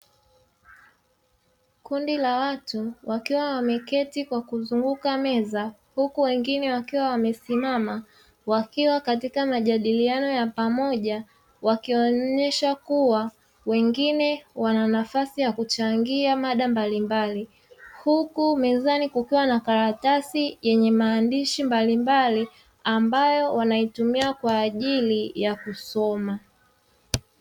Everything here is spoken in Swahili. Kundi la watu wakiwa wameketi kwa kuzunguka meza, huku wengine wakiwa wamesimama wakiwa katika majadiliano ya pamoja wakionyesha kuwa wengine wana nafasi ya kuchangia mada mbalimbali, huku mezani kukiwa na karatasi yenye maandishi mbalimbali ambayo wanaitumia kwa ajili ya kusoma.